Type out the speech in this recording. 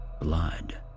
blood